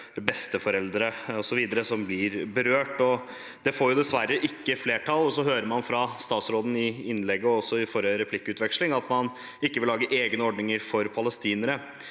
besteforeldre osv. som blir berørt. Det får dessverre ikke flertall. Så hører man fra statsråden i innlegget og også i forrige replikkveksling at man ikke vil lage egne ordninger for palestinere.